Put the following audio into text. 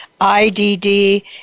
IDD